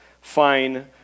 fine